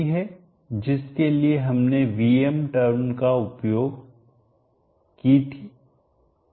यह Vmp है जिसके लिए हमने Vm टर्म उपयोग की थी और यह Imp है